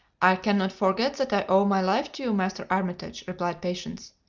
i can not forget that i owe my life to you, master armitage, replied patience,